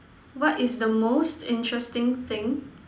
what is the most interesting thing